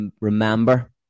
remember